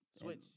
switch